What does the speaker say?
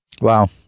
Wow